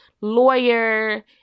lawyer